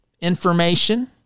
information